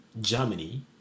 Germany